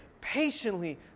patiently